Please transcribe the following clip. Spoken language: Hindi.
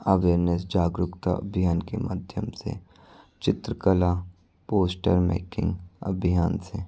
अवेयरनेस जागरूकता अभियान के माध्यम से चित्रकला पोस्टर मेकिंग अभियान से